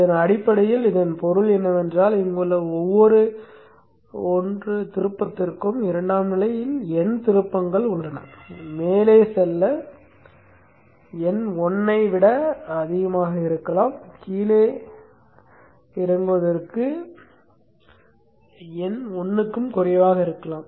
இதன் அடிப்படையில் இதன் பொருள் என்னவென்றால் இங்குள்ள ஒவ்வொரு 1 திருப்பத்திற்கும் இரண்டாம்நிலையில் n திருப்பங்கள் உள்ளன மேலே செல்ல n 1 ஐ விட அதிகமாக இருக்கலாம் கீழே இறங்குவதற்கு n 1க்கு குறைவாக இருக்கலாம்